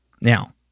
Now